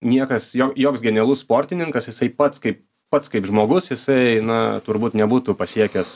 niekas jo joks genialus sportininkas jisai pats kaip pats kaip žmogus jisai na turbūt nebūtų pasiekęs